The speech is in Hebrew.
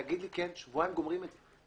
תגיד לי כן, שבועיים גומרים את זה.